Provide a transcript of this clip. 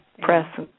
Press